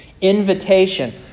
invitation